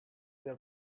their